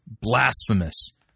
Blasphemous